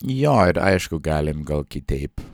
jo ir aišku galim gal kitaip